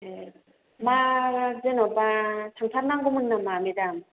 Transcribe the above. ए मा जेन'बा सोंथार नांगौमोन नामा मेदाम